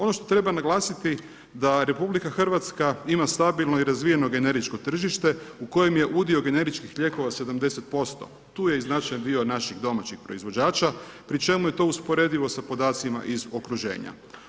Ono što treba naglasiti, da RH ima stabilno i razvijeno generičko tržište u kojem je udio generičkih lijekova 70%, tu je značajan dio naših domaćih proizvođača pri čemu je to usporedivo sa podacima iz okruženja.